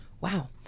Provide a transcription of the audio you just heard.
Wow